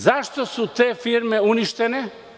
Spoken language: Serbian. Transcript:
Zašto su te firme uništene?